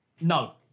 No